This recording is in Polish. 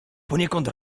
poniekąd